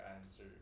answer